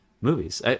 movies